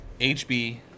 HB